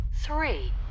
three